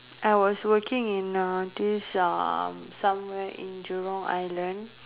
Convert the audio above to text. I was working in uh this uh somewhere in Jurong island